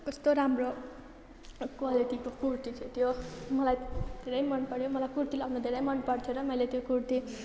कस्तो राम्रो क्वालिटीको कुर्ती थियो त्यो मलाई धेरै मनपर्यो मलाई कुर्ती लगाउन धेरै मनपर्छ मैले त्यो कुर्ती